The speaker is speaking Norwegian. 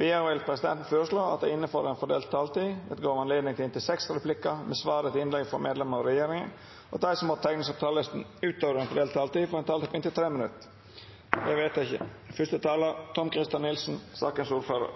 Videre vil presidenten foreslå at det – innenfor den fordelte taletid – blir gitt anledning til inntil seks replikker med svar etter innlegg fra medlemmer av regjeringen, og at de som måtte tegne seg på talerlisten utover den fordelte taletid, får en taletid på inntil 3 minutter. – Det anses vedtatt. Først vil jeg